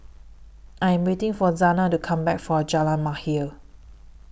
I Am waiting For Zana to Come Back from Jalan Mahir